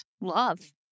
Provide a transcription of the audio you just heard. Love